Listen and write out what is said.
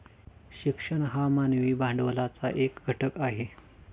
शिक्षण हा मानवी भांडवलाचा एक घटक आहे